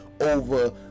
over